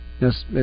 Yes